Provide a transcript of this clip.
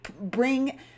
bring